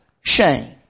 shame